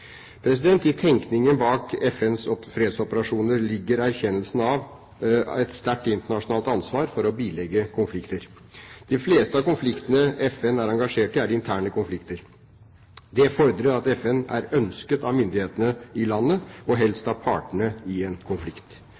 tenkningen bak FNs fredsoperasjoner ligger erkjennelsen av et sterkt internasjonalt ansvar for å bilegge konflikter. De fleste av konfliktene FN er engasjert i, er interne konflikter. Det fordrer at FN er ønsket av myndighetene i landet, og helst av partene i en konflikt.